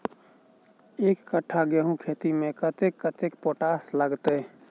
एक कट्ठा गेंहूँ खेती मे कतेक कतेक पोटाश लागतै?